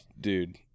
dude